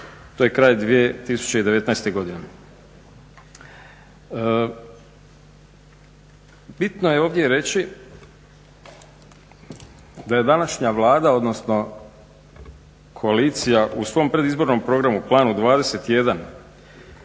to je kraj 2019. godine. Bitno je ovdje reći da je današnja Vlada, odnosno koalicija u svom predizbornom programu Planu 21